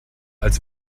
als